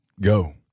go